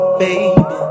baby